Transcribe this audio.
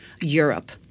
Europe